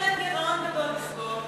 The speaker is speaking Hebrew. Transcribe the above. יש להם גירעון גדול לסגור,